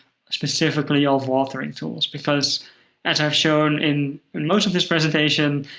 specifically of authoring tools, because as i've shown in and most of this presentation,